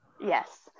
Yes